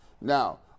Now